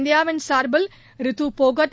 இந்தியாவின் சார்பில் டிட்டு போகத்